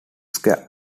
square